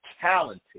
Talented